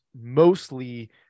mostly